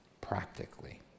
practically